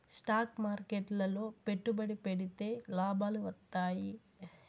stock మార్కెట్లు లో పెట్టుబడి పెడితే లాభాలు వత్తాయి